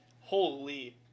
holy